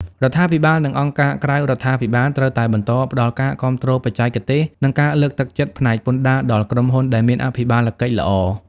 រដ្ឋាភិបាល និងអង្គការក្រៅរដ្ឋាភិបាល ត្រូវតែបន្តផ្ដល់ការគាំទ្របច្ចេកទេស និងការលើកទឹកចិត្តផ្នែកពន្ធដារដល់ក្រុមហ៊ុនដែលមានអភិបាលកិច្ចល្អ។